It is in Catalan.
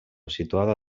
situada